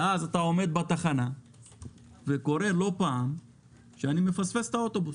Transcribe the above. אני עומד בתחנה וקורה לא פעם שאני מפספס את האוטובוס.